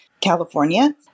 California